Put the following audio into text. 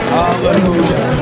hallelujah